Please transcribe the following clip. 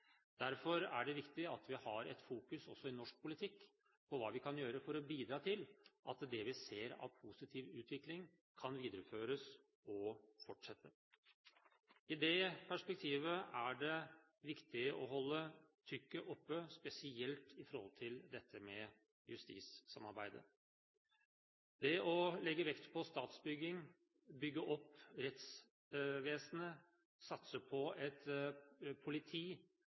Derfor er det viktig at vi også i norsk politikk har fokus på hva vi kan gjøre for å bidra til at det vi ser av positiv utvikling, kan videreføres og fortsettes. I det perspektivet er det viktig å holde trykket oppe, spesielt i justissamarbeidet. Det å legge vekt på statsbygging, bygge opp rettsvesenet og satse på et politi